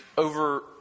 Over